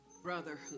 Brotherhood